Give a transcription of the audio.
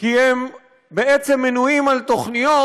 כי הם בעצם מנויים על תוכניות